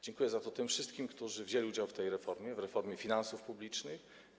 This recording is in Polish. Dziękuję za to tym wszystkim, którzy wzięli udział w tej reformie, w reformie finansów publicznych.